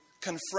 confront